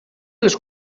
les